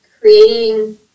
creating